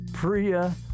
Priya